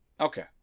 Okay